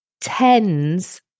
tens